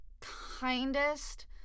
kindest